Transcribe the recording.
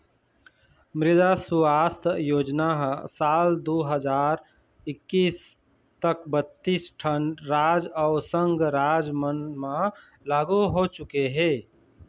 मृदा सुवास्थ योजना ह साल दू हजार एक्कीस तक बत्तीस ठन राज अउ संघ राज मन म लागू हो चुके हे